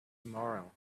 tomorrow